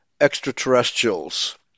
extraterrestrials